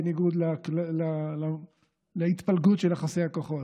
בניגוד להתפלגות של יחסי הכוחות.